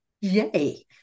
Yay